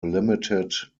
limited